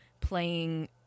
playing